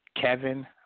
Kevin